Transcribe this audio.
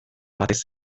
batez